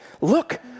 Look